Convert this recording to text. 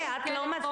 אוקיי, את לא מסכימה.